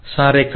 संरेखण